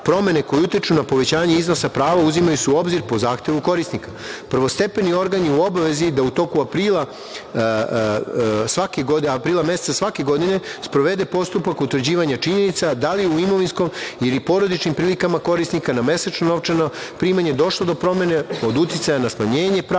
Promene koje utiču na povećanje iznosa prava uzimaju se u obzir po zahtevu korisnika. Prvostepeni organ je u obavezi da u toku aprila meseca svake godine sprovede postupak utvrđivanja činjenica da li u imovinskim ili porodičnim prilikama korisnika na mesečnom novčano primanje došlo do promene od uticaja na smanjenje prava